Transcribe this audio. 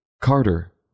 Carter